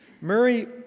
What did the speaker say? Murray